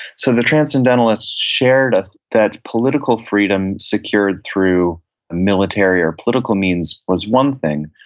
so the transcendentalists shared ah that political freedom secured through military or political means was one thing,